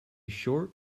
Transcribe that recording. short